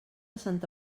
santa